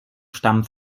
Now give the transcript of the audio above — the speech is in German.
stammen